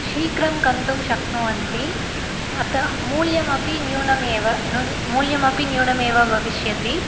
शीघ्रं गन्तुं शक्नुवन्ति अतः मूल्यमपि न्यूनमेव नू मूल्यमपि न्यूनमेव भविष्यति